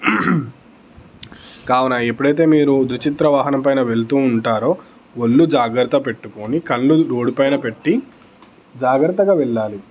కావున ఎప్పుడైతే మీరు ద్విచక్ర వాహనం పైన వెళుతూ ఉంటారో ఒళ్ళు జాగ్రత్తగా పెట్టుకొని కళ్ళు రోడ్డు పైన పెట్టి జాగ్రత్తగా వెళ్ళాలి